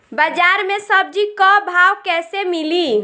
बाजार मे सब्जी क भाव कैसे मिली?